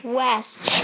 west